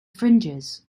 fringes